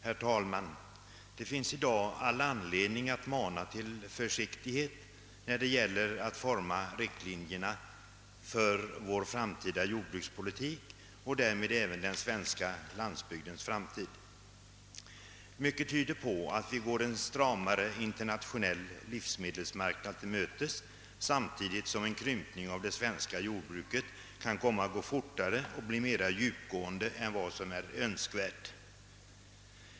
Herr talman! Det finns i dag all anledning att mana till försiktighet när det gäller att forma riktlinjerna för vår framtida jordbrukspolitik och därmed även den svenska landsbygdens framtid. Mycket tyder på att vi går en stramare internationell livsmedelsmarknad till mötes samtidigt som en krympning av det svenska jordbruket kan komma att gå fortare och bli mer djupgående än som är önskvärt.